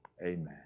amen